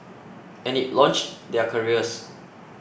and it launched their careers